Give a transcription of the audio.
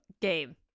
game